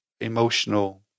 emotional